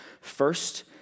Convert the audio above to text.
first